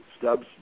stubs